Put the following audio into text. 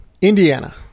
Indiana